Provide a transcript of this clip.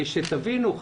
תבינו,